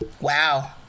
Wow